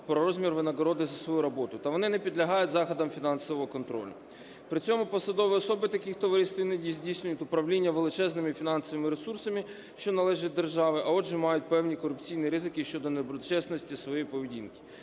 про розмір винагороди за свою роботу та вони не підлягають заходам фінансового контролю. При цьому посадові особи таких товариств іноді здійснюють управління величезними фінансовими ресурсами, що належать державі, а отже, мають певні корупційні ризики щодо недоброчесності своєї поведінки.